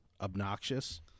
obnoxious